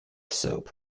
slope